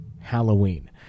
Halloween